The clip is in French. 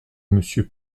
monsieur